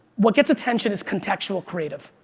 what gets attention is contextual creative.